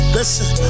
Listen